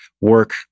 work